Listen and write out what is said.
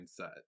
mindset